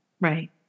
Right